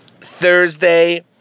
Thursday